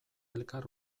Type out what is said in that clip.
elkar